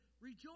rejoice